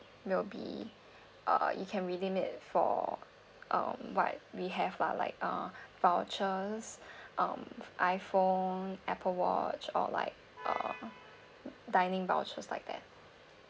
will be uh it can redeem it for um what we have lah like uh vouchers um iPhone Apple watch or like uh dining vouchers like that